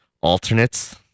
alternates